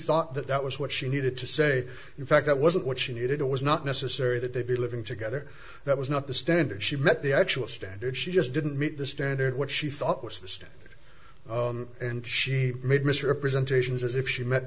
thought that that was what she needed to say in fact that wasn't what she needed it was not necessary that they be living together that was not the standard she met the actual standard she just didn't meet the standard what she thought was this and she made misrepresentations as if she met